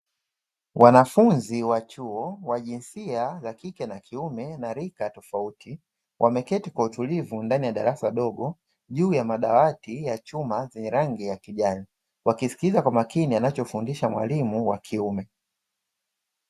Wanafunzi wa chuo wa jinsia ya kike na kiume na rika tofauti, wameketi kwa utulivu ndani ya darasa dogo juu ya madawati ya chuma zenye rangi ya kijani; wakisikiliza kwa makini anachofundisha mwalimu wa kiume.